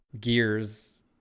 Gears